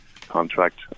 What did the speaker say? contract